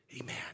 Amen